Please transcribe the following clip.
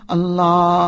Allah